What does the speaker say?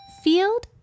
field